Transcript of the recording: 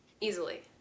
easily